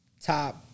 top